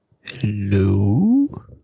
Hello